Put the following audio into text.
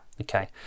Okay